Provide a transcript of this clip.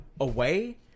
away